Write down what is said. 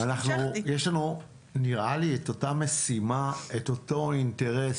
יש לנו, נראה לי את אותה משימה, את אותו אינטרס.